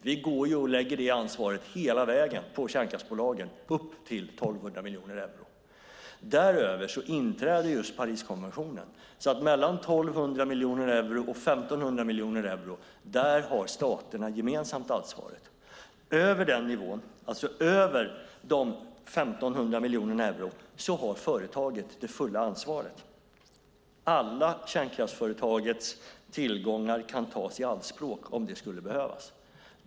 Vi lägger det ansvaret hela vägen på kärnkraftsbolagen, upp till 1 200 miljoner euro. Däröver inträder just Pariskonventionen. Mellan 1 200 miljoner euro och 1 500 miljoner euro har staterna gemensamt ansvaret. Över de 1 500 miljonerna euro har företaget det fulla ansvaret. Alla tillgångar hos kärnkraftsföretaget kan tas i anspråk om det skulle behövas.